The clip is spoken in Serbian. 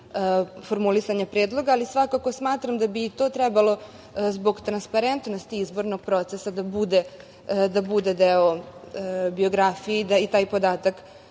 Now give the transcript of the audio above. formulisanja predloga. Svakako smatram da bi i to trebalo zbog transparentnosti izbornog procesa da bude deo biografije i da taj podatak